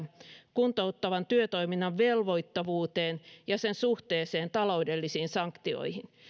kuntouttavan työtoiminnan velvoittavuuteen ja sen suhteeseen taloudellisiin sanktioihin